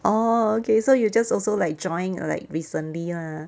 orh okay so you just also like join like recently lah